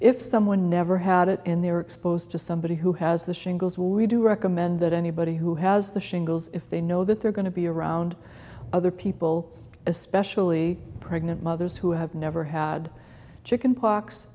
if someone never had it and they were exposed to somebody who has the shingles well we do recommend that anybody who has the shingles if they know that they're going to be around other people especially pregnant mothers who have never had chicken pox